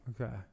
okay